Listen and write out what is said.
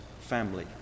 family